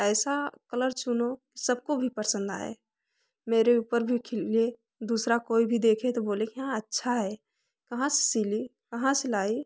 ऐसा कलर चुनो सबको भी पसंद आए मेरे ऊपर भी खिले दूसरा कोई भी देखे तो बोले कि हाँ अच्छा है कहाँ से सिली कहाँ सिलाई